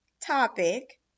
topic